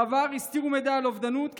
בעבר הסתירו מידע על אובדנות,